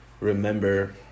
remember